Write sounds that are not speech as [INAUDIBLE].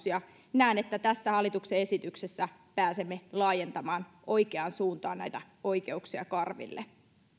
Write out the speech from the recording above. [UNINTELLIGIBLE] ja näen että tässä hallituksen esityksessä pääsemme laajentamaan oikeaan suuntaan näitä oikeuksia karville